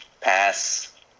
Pass